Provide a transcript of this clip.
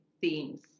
themes